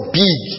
big